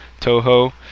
Toho